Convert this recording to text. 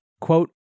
Quote